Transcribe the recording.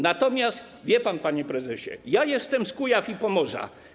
Natomiast, wie pan, panie prezesie, jestem z Kujaw i Pomorza.